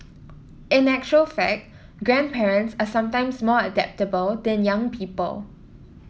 in actual fact grandparents are sometimes more adaptable than young people